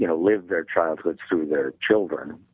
you know live their childhoods through their children,